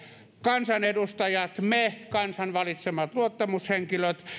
kansanedustajat me kansan valitsemat luottamushenkilöt